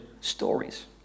stories